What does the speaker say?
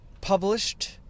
published